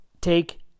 take